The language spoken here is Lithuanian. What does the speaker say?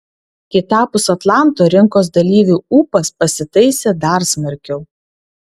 kitapus atlanto rinkos dalyvių ūpas pasitaisė dar smarkiau